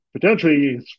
potentially